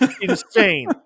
insane